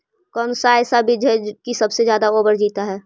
कौन सा ऐसा बीज है की सबसे ज्यादा ओवर जीता है?